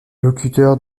locuteurs